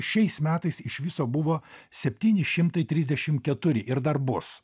šiais metais iš viso buvo septyni šimtai trisdešim keturi ir dar bus